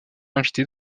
invités